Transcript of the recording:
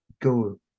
go